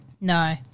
No